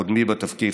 קודמי בתפקיד,